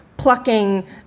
plucking